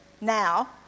now